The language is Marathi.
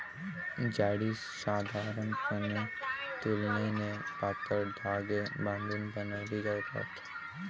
जाळी साधारणपणे तुलनेने पातळ धागे बांधून बनवली जातात